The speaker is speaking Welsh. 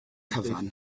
cyfan